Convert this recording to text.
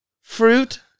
Fruit